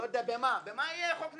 למה יהיה חוק אומנות?